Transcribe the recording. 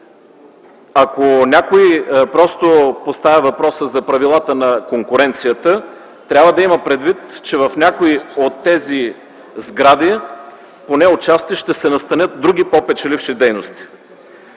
Ако някой просто поставя въпроса за правилата на конкуренцията, трябва да има предвид, че в някои от тези сгради поне отчасти ще се настанят други по-печеливши дейности.